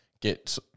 get